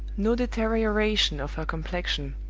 no deterioration of her complexion,